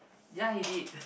ya he did